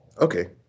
Okay